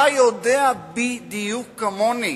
אתה יודע בדיוק כמוני,